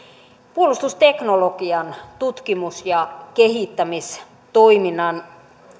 puolustusteknologian tutkimus ja kehittämistoiminnan